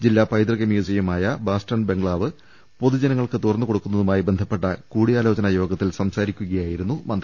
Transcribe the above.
ജില്ലാ പൈതൃക മ്യൂസി യമായ ബാസ്റ്റൺ ബംഗ്ലാവ് പൊതുജനങ്ങൾക്ക് തുറന്നുകൊടുക്കുന്നതു മായി ബന്ധപ്പെട്ട കൂടിയാലോചനായോഗത്തിൽ സംസാരിക്കുകയായി രുന്നു മന്തി